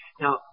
Now